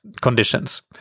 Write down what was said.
conditions